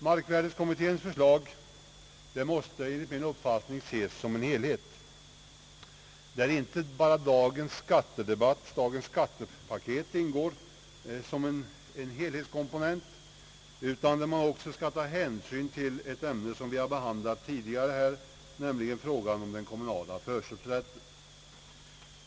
Markvärdekommitténs förslag måste enligt min uppfattning ses som en helhet, där inte bara dagens skattepaket ingår som en komponent, utan där det också gäller att ta hänsyn till ett ämne som tidigare har behandlats, nämligen frågan om den kommunala förköpsrätten.